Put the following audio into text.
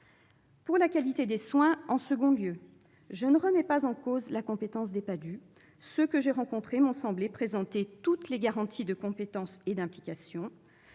Pour la qualité des soins, en deuxième lieu. Je ne remets pas en cause la compétence des PADHUE, et ceux que j'ai rencontrés m'ont semblé présenter toutes les garanties de compétence et d'implication.